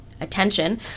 attention